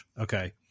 Okay